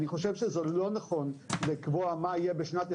אני רוצה להסביר שנייה.